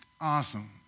awesome